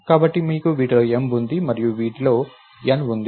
కాబట్టి మీకు వీటిలో M ఉంది మరియు మీకు వీటిలో N ఉంది